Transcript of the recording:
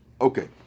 Okay